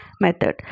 method